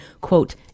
quote